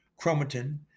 chromatin